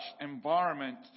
environment